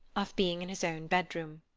of being in his own bedroom.